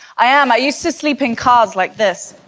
i am i used to sleep in cars like this